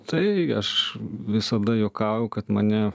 tai aš visada juokauju kad mane